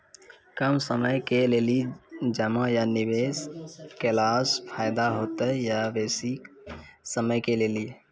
कम समय के लेल जमा या निवेश केलासॅ फायदा हेते या बेसी समय के लेल?